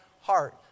heart